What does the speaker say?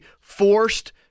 forced